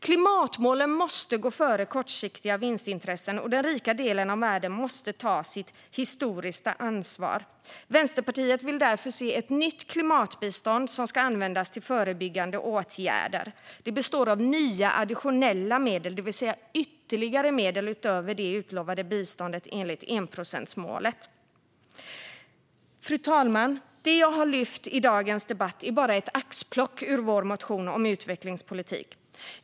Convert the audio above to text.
Klimatmålen måste gå före kortsiktiga vinstintressen, och den rika delen av världen måste ta sitt historiska ansvar. Vänsterpartiet vill därför se ett nytt klimatbistånd som ska användas till förebyggande åtgärder. Det består av nya, additionella medel, det vill säga ytterligare medel utöver det utlovade biståndet enligt enprocentsmålet. Fru talman! Det jag har lyft fram i dagens debatt är bara ett axplock ur vår motion om utvecklingspolitik.